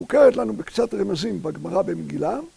מוכרת לנו בקצת רמזים בגמרא במגילה.